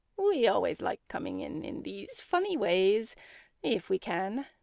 we always like coming in in these funny ways if we can.